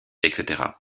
etc